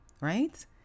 right